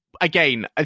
again